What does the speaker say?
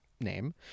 name